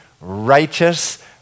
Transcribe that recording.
righteous